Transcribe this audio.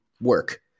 work